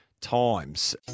times